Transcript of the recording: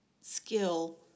skill